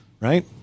Right